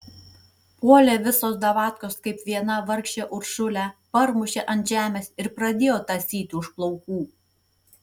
puolė visos davatkos kaip viena vargšę uršulę parmušė ant žemės ir pradėjo tąsyti už plaukų